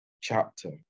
Chapter